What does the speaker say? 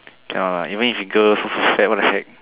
ya even if girls so shag what the heck